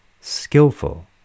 skillful